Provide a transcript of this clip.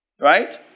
Right